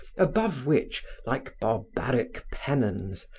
above which, like barbaric penons,